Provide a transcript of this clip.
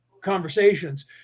conversations